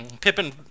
Pippin